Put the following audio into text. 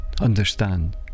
understand